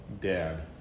Dad